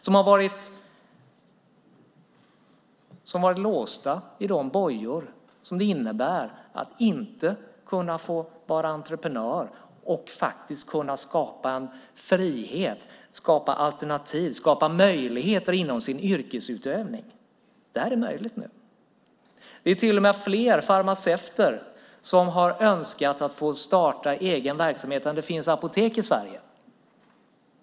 De har varit låsta i de bojor som det innebär att inte kunna få vara entreprenör och kunna skapa en frihet, alternativ och möjligheter inom sin yrkesutövning. Det är nu möjligt. Det är till och med fler farmaceuter som har önskat att få starta egen verksamhet än det finns apotek i Sverige.